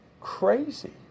crazy